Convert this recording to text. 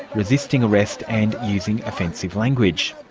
resisting arrest and using offensive language.